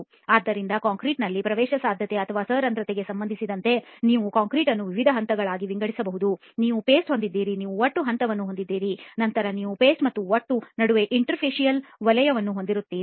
ಆದ್ದರಿಂದ ಕಾಂಕ್ರೀಟ್ ನಲ್ಲಿ ಪ್ರವೇಶಸಾಧ್ಯತೆ ಅಥವಾ ಸರಂಧ್ರತೆಗೆ ಸಂಬಂಧಿಸಿದಂತೆ ನೀವು ಕಾಂಕ್ರೀಟ್ ಅನ್ನು ವಿವಿಧ ಹಂತಗಳಾಗಿ ವಿಂಗಡಿಸಬಹುದು ನೀವು ಪೇಸ್ಟ್ ಹೊಂದಿದ್ದೀರಿ ನೀವು ಒಟ್ಟು ಹಂತವನ್ನು ಹೊಂದಿದ್ದೀರಿ ಮತ್ತು ನಂತರ ನೀವು ಪೇಸ್ಟ್ ಮತ್ತು ಒಟ್ಟು ನಡುವೆ ಇಂಟರ್ಫೇಸಿಯಲ್ ವಲಯವನ್ನು ಹೊಂದಿರುವಿರಿ